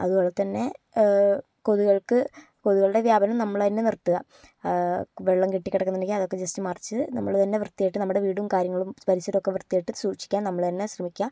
അതുപോലെ തന്നെ കൊതുകുകൾക്ക് കൊതുകുകളുടെ വ്യാപനം നമ്മൾ തന്നെ നിർത്തുക വെള്ളം കെട്ടി കിടക്കുന്നുണ്ടെങ്കിൽ അതൊക്കെ ജസ്റ്റ് മറിച്ചു നമ്മൾ തന്നെ വൃത്തിയായിട്ട് നമ്മുടെ വീടും കാര്യങ്ങളും പരിസരവും ഒക്കെ വൃത്തിയായിട്ട് സൂക്ഷിക്കാൻ നമ്മൾ തന്നെ ശ്രമിക്കുക